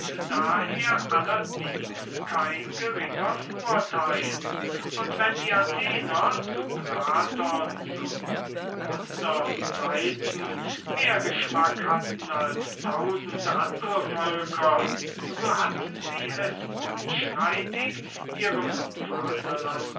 daher allerdings kein geringer vorteil und wenn die athenienser zu platons und menanders zeiten mehr geschmack hatten als tausend andere völker so hatten sie es unstreitig ihrem vaterlande